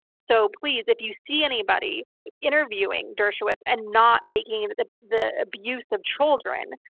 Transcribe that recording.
so please, if you see anybody interviewing dershowitz and not making the the abuse of children,